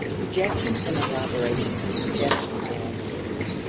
projection and elaboration of suggestions or ideas,